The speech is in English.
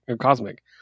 Cosmic